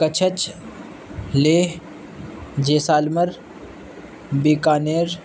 Kutch Leh Jaisalmer Bikaner